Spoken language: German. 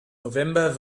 november